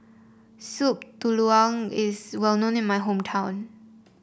Soup Tulang is well known in my hometown